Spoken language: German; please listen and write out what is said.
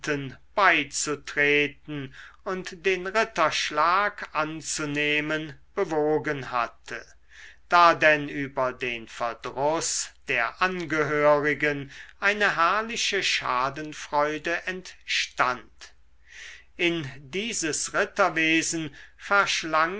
beizutreten und den ritterschlag anzunehmen bewogen hatte da denn über den verdruß der angehörigen eine herrliche schadenfreude entstand in dieses